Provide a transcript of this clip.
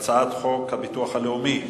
הצעת חוק הביטוח הלאומי.